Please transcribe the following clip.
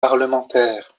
parlementaire